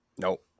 Nope